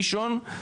ראשון,